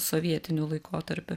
sovietiniu laikotarpiu